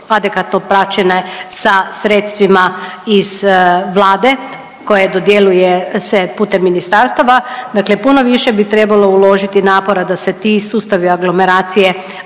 adekvatno praćene sa sredstvima iz vlade koja dodjeljuje se putem ministarstava. Dakle, puno više bi trebalo uložiti napora da se ti sustavi aglomeracije